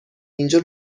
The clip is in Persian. اینجا